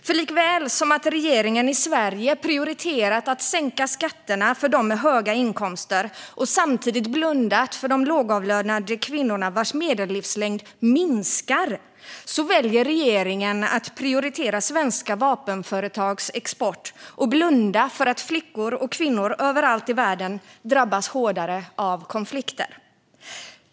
För likaväl som regeringen i Sverige prioriterar att sänka skatterna för dem med höga inkomster och samtidigt blundat för de lågavlönade kvinnorna vars medellivslängd minskar väljer regeringen att prioritera svenska vapenföretags export och blunda för att flickor och kvinnor överallt i världen drabbas hårdare av konflikter.